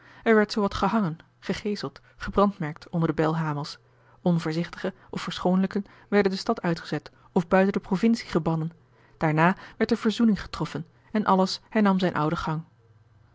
er werd zoo wat gehangen gegeeseld gebrandmerkt onder de belhamels onvoorzichtigen of verschoonlijken werden de stad uitgezet of buiten de provincie gebannen daarna werd de verzoening getroffen en alles hernam zijn ouden gang